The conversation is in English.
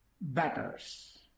batters